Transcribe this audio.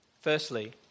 Firstly